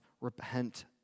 repent